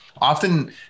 often